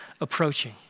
approaching